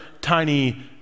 tiny